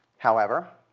however